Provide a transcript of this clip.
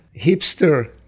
hipster